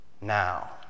Now